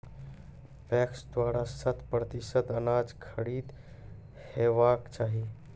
PACS द्वारा शत प्रतिसत अनाज खरीद हेवाक चाही?